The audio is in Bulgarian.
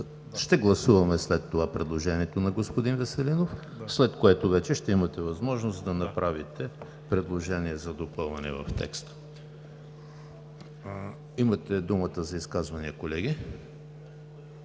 Ще гласуваме след това предложението на господин Веселинов, след което ще имате възможност да направите предложение за допълнение на текста. Колеги, имате думата за изказвания. Не